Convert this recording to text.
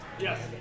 Yes